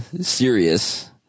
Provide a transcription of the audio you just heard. serious